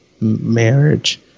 marriage